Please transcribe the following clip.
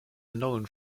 known